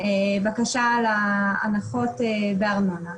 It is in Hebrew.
בקשה להנחות בארנונה.